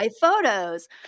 photos